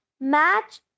Match